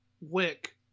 Wick